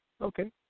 Okay